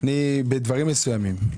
בדברים מסוימים.